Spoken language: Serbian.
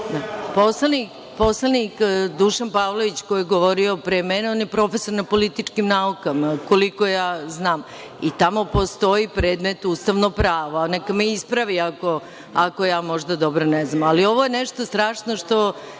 Poslanik Dušan Pavlović koji je govorio pre mene je profesor na političkim naukama, koliko ja znam. I tamo postoji predmet – ustavno pravo. Neka me ispravi ako ja možda dobro ne znam. Ali, ovo je nešto strašno što